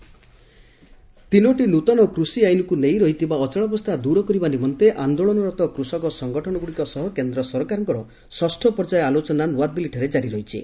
କ୍ଷକ ସରକାର ଆଲୋଚନା ତିନୋଟି ନୂତନ କୂଷି ଆଇନ୍କୁ ନେଇ ରହିଥିବା ଅଚଳାବସ୍ଥା ଦୂର କରିବା ନିମନ୍ତେ ଆନ୍ଦୋଳନରତ କୃଷକ ସଂଗଠନ ଗୁଡ଼ିକ ସହ କେନ୍ଦ୍ର ସରକାରଙ୍କର ଷଷ୍ଠ ପର୍ଯ୍ୟାୟ ଆଲୋଚନା ନୂଆଦିଲ୍ଲୀଠାରେ ଜାରି ରହିଛି